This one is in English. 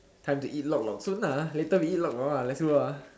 time to eat lok-lok soon ah later we eat lok-lok lah let's go ah